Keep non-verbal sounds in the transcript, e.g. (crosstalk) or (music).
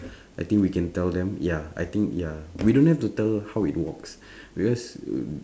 (breath) I think we can tell them ya I think ya we don't have to tell how it walks (breath) because (noise)